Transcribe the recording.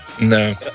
No